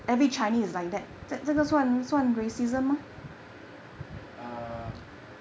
um